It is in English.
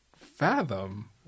fathom